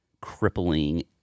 crippling